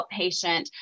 outpatient